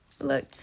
Look